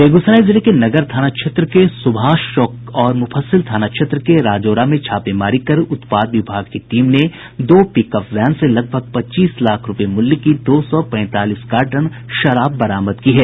बेगूसराय जिले के नगर थाना क्षेत्र के सुभाष चौक और मुफस्सिल थाना क्षेत्र के राजौरा में छापेमारी कर उत्पाद विभाग की टीम ने दो पिकअप वैन से लगभग पच्चीस लाख रुपए मूल्य की दो सौ पैंतालीस कार्टन शराब बरामद की है